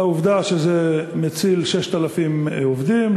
לעובדה שזה מציל 6,000 עובדים,